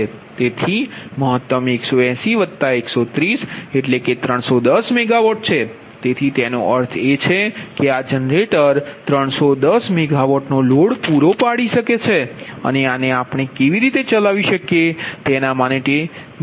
તેથી મહત્તમ 180 130 એટલે 310 મેગાવોટ છે તેથી તેનો અર્થ એ છે કે આ જનરેટર 310 મેગાવોટનો લોડ પૂરો પાડી શકે છે અને આને આપણે કેવી રીતે ચલાવી શકીએ તેના માટે ન્યૂનતમ બાજુ જોશું